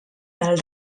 del